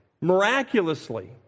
miraculously